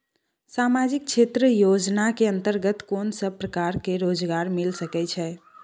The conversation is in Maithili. सामाजिक क्षेत्र योजना के अंतर्गत कोन सब प्रकार के रोजगार मिल सके ये?